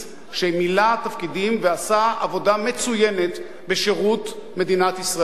שמילא תפקידים ועשה עבודה מצוינת בשירות מדינת ישראל.